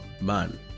man